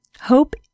Hope